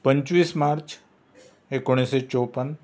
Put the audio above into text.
पंचवीस मार्च एकोणिशें चवपन